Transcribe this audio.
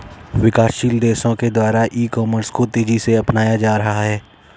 विकासशील देशों के द्वारा ई कॉमर्स को तेज़ी से अपनाया जा रहा है